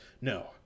No